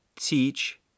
teach